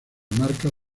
marcas